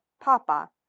Papa